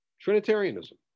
Trinitarianism